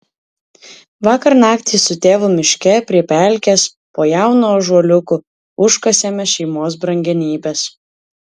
vakar naktį su tėvu miške prie pelkės po jaunu ąžuoliuku užkasėme šeimos brangenybes